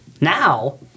Now